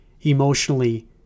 emotionally